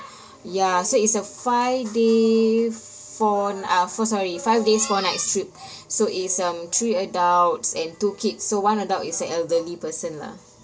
ya so it's a five day four n~ uh so sorry five days four nights trip so it's um three adults and two kids so one adult is a elderly person lah